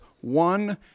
one